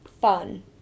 fun